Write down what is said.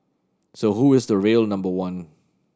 so who is the real number one